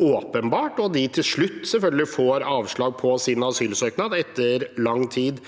åpenbart. De får selvfølgelig til slutt avslag på sin asylsøknad, etter lang tid.